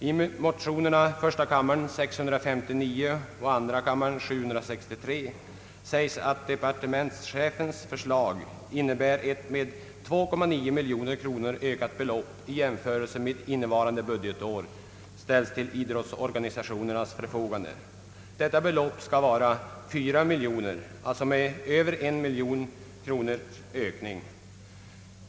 I motionerna I: 659 och II: 763 sägs att departementschefens förslag innebär att ett med 2,9 miljoner kronor ökat belopp, jämfört med anslaget innevarande budgetår, ställs till idrottsorganisationernas förfogande. Detta belopp skall vara 4 miljoner kronor, alltså ytterligare över 1 miljon kronor.